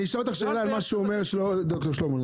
אני אשאל אותך שאלה על מה שהוא אומר ד"ר שלמה,